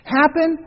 happen